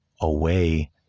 away